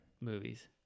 movies